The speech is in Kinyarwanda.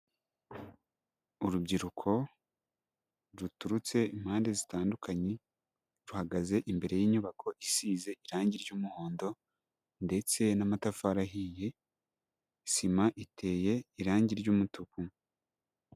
Urubyiruko ruturutse impande zitandukanye ruhagaze imbere y'inyubako isize irangi ry'umuhondo ndetse n'amatafari ahiye sima iteye irangi ry'umutuku.